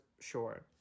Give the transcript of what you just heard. sure